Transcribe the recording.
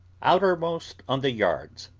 outermost on the yards,